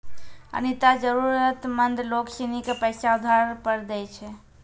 अनीता जरूरतमंद लोग सिनी के पैसा उधार पर दैय छै